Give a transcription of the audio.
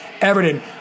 Everton